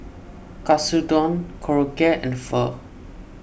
Katsudon Korokke and Pho